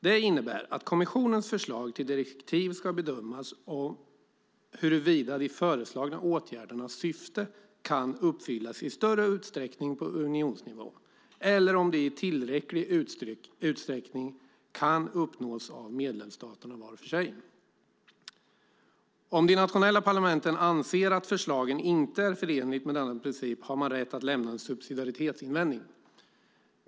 Det innebär att kommissionens förslag till direktiv ska bedömas utifrån huruvida de föreslagna åtgärdernas syfte kan uppfyllas i större utsträckning på unionsnivå eller om de i tillräcklig utsträckning kan uppnås av medlemsstaterna var för sig. Om de nationella parlamenten anser att förslagen inte är förenliga med denna princip har man rätt att lämna en subsidiaritetsinvändning.